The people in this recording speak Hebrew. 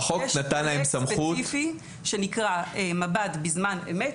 החוק נתן להן סמכות --- יש פרויקט ספציפי שנקרא מבט בזמן אמת,